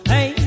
Hey